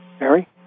Mary